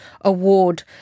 Award